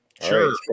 Sure